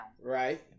Right